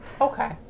Okay